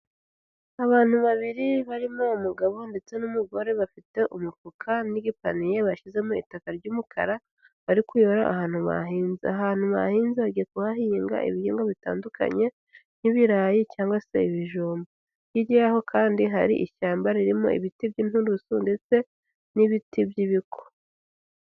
Abantu babiri harimo umugabo ndetse n'umugore, bafite umufuka n'igipaniye bashyizemo itaka ry'umukara bari kuyora ahantu bahinze, ahantu bahinze bagiye kuhahinga ibihingwa bitandukanye nk'ibirayi cyangwa se ibijumba, hirya yaho kandi hari ishyamba ririmo ibiti by'inturusu ndetse n'ibiti by'ibiko.